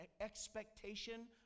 expectation